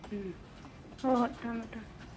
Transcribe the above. ꯎꯝ ꯍꯣꯏ ꯍꯣꯏ ꯊꯝꯃꯦ ꯊꯝꯃꯦ